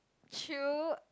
chew